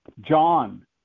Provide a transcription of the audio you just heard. John